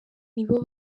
nabo